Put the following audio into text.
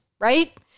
right